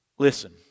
Listen